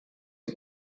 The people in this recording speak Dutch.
een